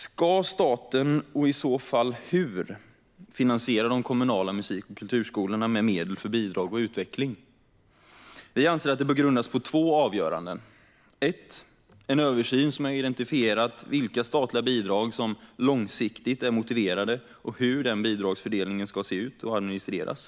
Ska staten finansiera de kommunala musik och kulturskolorna med medel för bidrag och utveckling, och i så fall hur? Vi anser att detta bör grundas på två avgöranden. Det första är en översyn som identifierar vilka statliga bidrag som långsiktigt är motiverade och hur bidragsfördelningen i så fall ska se ut och administreras.